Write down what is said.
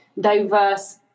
diverse